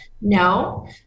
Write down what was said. No